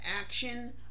action